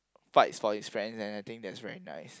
fights for his friends and I think that's very nice